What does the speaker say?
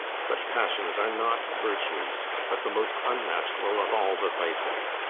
such passions are not virtues, but the most unnatural of all the vices.